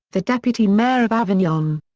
the deputy mayor of avignon.